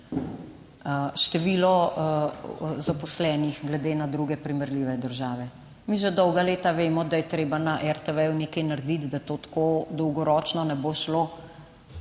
število zaposlenih glede na druge primerljive države. Mi že dolga leta vemo, da je treba na RTV nekaj narediti, da to tako dolgoročno ne bo šlo,